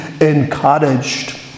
encouraged